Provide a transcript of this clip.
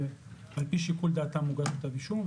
על פי שיקול דעתה מוגש כתב אישום.